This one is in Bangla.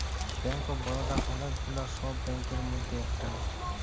ব্যাঙ্ক অফ বারদা ওলেক গুলা সব ব্যাংকের মধ্যে ইকটা